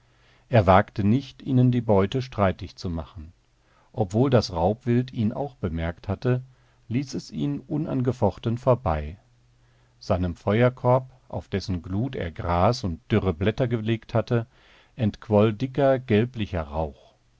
er wagte nicht ihnen die beute streitig zu machen obwohl das raubwild ihn auch bemerkt hatte ließ es ihn unangefochten vorbei seinem feuerkorb auf dessen glut er gras und dürre blätter gelegt hatte entquoll dicker gelblicher rauch